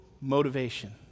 motivation